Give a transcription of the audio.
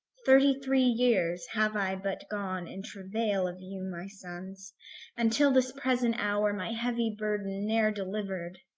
thirty-three years have i but gone in travail of you, my sons and till this present hour my heavy burden ne'er delivered.